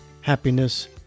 happiness